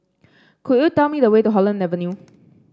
could you tell me the way to Holland Avenue